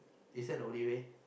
is that the only way